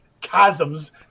chasms